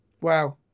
Wow